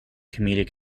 comedic